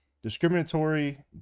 Discriminatory